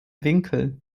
winkel